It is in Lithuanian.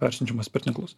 persiunčiamas per tinklus